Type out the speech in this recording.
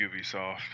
Ubisoft